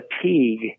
fatigue